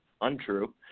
untrue